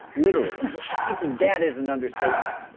literally, and even that is an understatement.